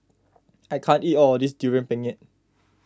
I can't eat all of this Durian Pengat